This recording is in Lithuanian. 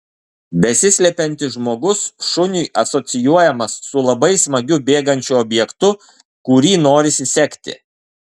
besislepiantis žmogus šuniui asocijuojamas su labai smagiu bėgančiu objektu kurį norisi sekti